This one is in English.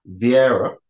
Vieira